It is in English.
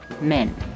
men